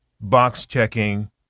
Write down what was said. box-checking